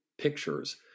pictures